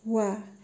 वाह